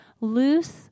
loose